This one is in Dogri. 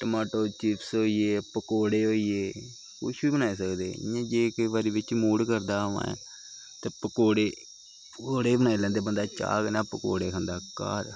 टमाटो चिप्स होई गे पकौड़े होई गे कुछ बी बनाई सकदे इ'यां केईं बारी जे बिच्च मूड़ करदा माय ते पकौड़े पकौड़े बी बनाई लैंदे बंदा चाह् कन्नै पकौड़े खंदा घर